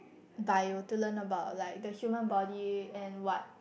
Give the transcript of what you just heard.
bio to learn about like the human body and what